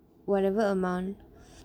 whatever amount